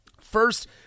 First